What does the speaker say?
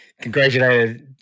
congratulated